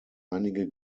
einige